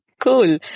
Cool